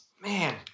Man